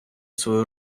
свою